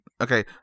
Okay